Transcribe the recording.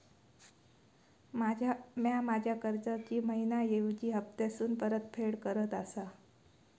म्या माझ्या कर्जाची मैहिना ऐवजी हप्तासून परतफेड करत आसा